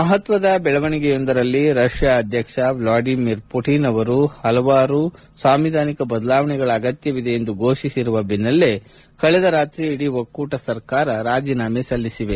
ಮಹತ್ವದ ಬೆಳವಣಿಗೆಯೊಂದರಲ್ಲಿ ರಷ್ಯಾ ಅಧ್ಯಕ್ಷ ವ್ಲಾಡಿಮಿರ್ ಪುಟಿನ್ ಅವರು ಹಲವಾರು ಸಾಂವಿಧಾನಿಕ ಬದಲಾವಣೆಗಳು ಅಗತ್ಯವಿದೆ ಎಂದು ಘೋಷಿಸಿರುವ ಹಿನ್ನೆಲೆಯಲ್ಲಿ ಕಳೆದ ರಾತ್ರಿ ಇಡೀ ಒಕ್ಕೂ ಸರ್ಕಾರ ರಾಜೀನಾಮೆ ನೀಡಿದೆ